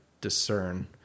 discern